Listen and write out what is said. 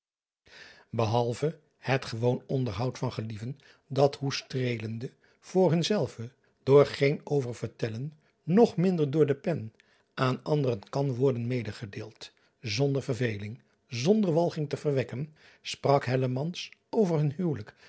ehalve het gewoon onderhoud van gelieven dat hoe streelende voor hun zelve door geen oververtellen noch minder door de pen aan anderen kan worden medegedeeld zonder ver driaan oosjes zn et leven van illegonda uisman veling zonder walging te verwekken sprak over hun huwelijk